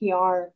PR